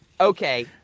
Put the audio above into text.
Okay